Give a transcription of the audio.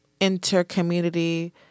inter-community